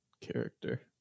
character